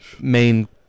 main